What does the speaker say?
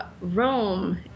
Rome